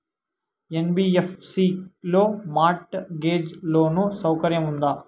NBFC లో mortgage loan సౌకర్యం ఉందా?